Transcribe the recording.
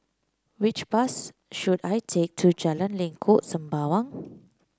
which bus should I take to Jalan Lengkok Sembawang